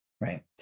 right